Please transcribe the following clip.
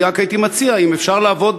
אני רק הייתי מציע, אם אפשר, לעבוד